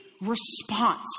response